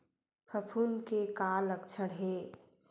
फफूंद के का लक्षण हे?